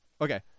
Okay